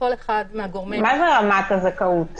מה זה רמת הזכאות?